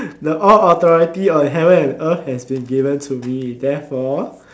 the all authority of heaven and earth has been given to me therefore